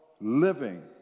living